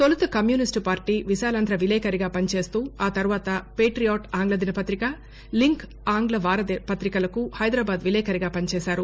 తొలుత communist party Visalaandhra విలేకరిగా పని చేస్తూ ఆ తర్వాత పెట్టీయాట్ ఆంగ్ల దిన పత్రిక లింక్ ఆంగ్ల వార పత్రికలకు హైదరాబాద్ విలేకరిగా పని చేశారు